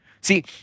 See